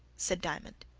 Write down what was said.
said diamond.